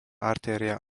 artéria